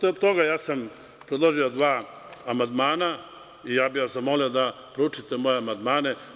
U kontekstu toga, ja sam predložio dva amandmana i ja bih vas zamolio da proučite moje amandmane.